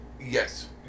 yes